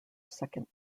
second